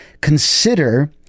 consider